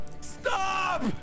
Stop